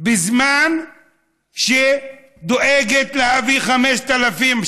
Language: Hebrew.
בזמן שדואגת להביא 5,000,